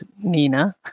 Nina